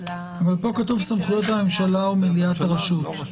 ל- -- אבל פה כתוב "סמכויות הממשלה ומליאת הרשות".